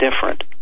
different